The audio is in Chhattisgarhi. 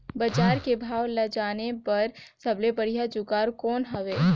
बजार के भाव ला जाने बार सबले बढ़िया जुगाड़ कौन हवय?